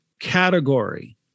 category